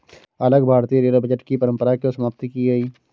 अलग भारतीय rail budget की परंपरा क्यों समाप्त की गई?